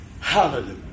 Hallelujah